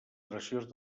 graciós